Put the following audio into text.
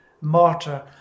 martyr